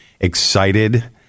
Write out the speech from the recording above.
excited